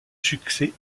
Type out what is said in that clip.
succès